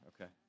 okay